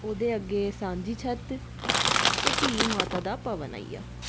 ओह्दे अग्गें सांझी छत्त ते फ्ही माता दा भवन आई गेआ